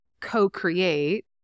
co-create